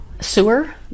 sewer